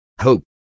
hope